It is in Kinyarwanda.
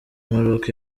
maroc